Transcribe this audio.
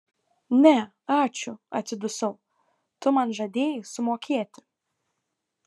ne ačiū atsidusau tu man žadėjai sumokėti